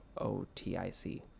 O-T-I-C